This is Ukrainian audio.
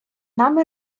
нами